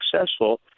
successful